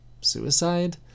suicide